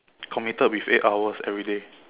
committed with eight hours every day